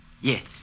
Yes